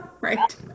right